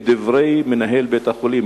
את דברי מנהל בית-החולים.